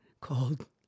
called